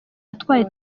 atwaye